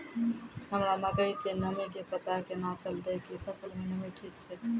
हमरा मकई के नमी के पता केना चलतै कि फसल मे नमी ठीक छै?